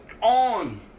on